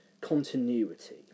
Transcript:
continuity